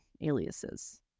aliases